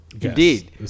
Indeed